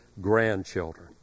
grandchildren